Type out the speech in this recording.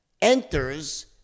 enters